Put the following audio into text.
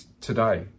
today